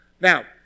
now